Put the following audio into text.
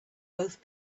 both